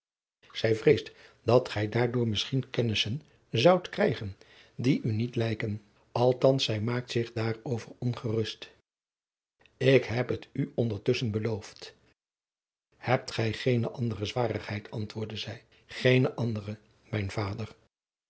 zij vreest dat gij daardoor misschien kennissen zoudt krijgen die u niet lijken althans zij maakt zich daar over ongerust ik heb het u ondertusschen beloofd hebt gij geene andere zwarigheid antwoordde zij geene andere mijn vader